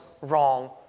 wrong